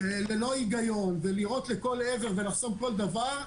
בלי היגיון ולירות לכל עבר ולחסום כל דבר,